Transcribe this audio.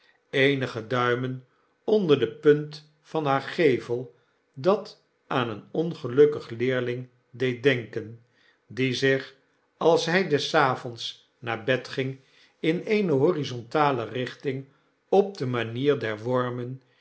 eenige duimen onder de punt van haar gevel dat aan een ongelukkig leerling deed denken die zich als hy des avonds naar bed ging in eene horizontale richting op de manier der women